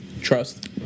trust